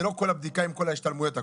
זאת לא כל הבדיקה עם כל ההשתלמויות והכל.